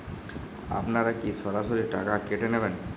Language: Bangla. আপনারা কি সরাসরি টাকা কেটে নেবেন?